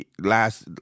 last